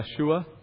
Yeshua